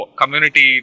community